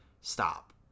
stop